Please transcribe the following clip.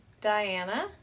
Diana